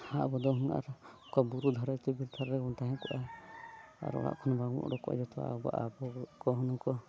ᱟᱵᱚ ᱫᱚ ᱟᱨ ᱱᱚᱝᱠᱟ ᱵᱩᱨᱩ ᱫᱷᱟᱨᱮ ᱪᱮ ᱵᱤᱨ ᱫᱷᱟᱨᱮ ᱨᱮᱵᱚᱱ ᱛᱟᱦᱮᱸ ᱠᱚᱜᱼᱟ ᱟᱨ ᱚᱲᱟᱜ ᱠᱷᱚᱱ ᱵᱟᱵᱚ ᱩᱰᱩᱠ ᱠᱚᱜᱼᱟ ᱡᱚᱛᱚᱣᱟᱜ ᱟᱵᱚ ᱠᱚᱦᱚᱸ ᱩᱝᱠᱩ